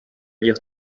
lire